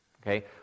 Okay